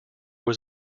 was